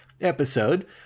episode